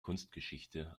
kunstgeschichte